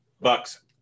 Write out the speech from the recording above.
Bucks